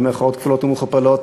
במירכאות כפולות ומכופלות,